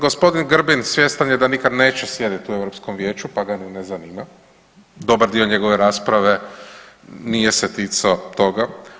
Gospodin Grbin svjestan je da nikad neće sjediti u Europskom vijeću pa ga ni ne zanima, dobar dio njegove rasprave nije se ticao toga.